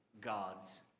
gods